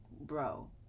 bro